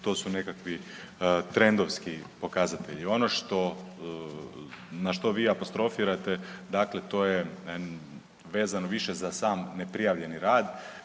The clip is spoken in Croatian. to su nekakvi trendovski pokazatelji. Ono što, na što vi apostrofirate, dakle to je vezano više za sam neprijavljeni rad.